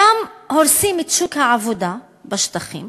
גם הורסים את שוק העבודה בשטחים,